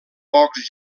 pocs